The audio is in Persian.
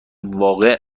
واقع